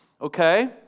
Okay